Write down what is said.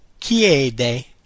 chiede